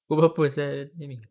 pukul berapa sia ini